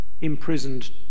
imprisoned